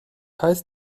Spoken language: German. heißt